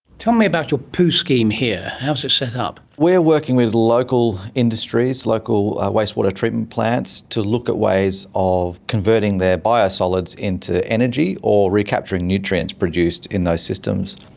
tell me about your poo scheme here, how is it set up? we're working with local industries, local wastewater treatment plants to look at ways of converting their bio-solids into energy, or recapturing nutrients produced in those systems.